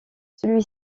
celui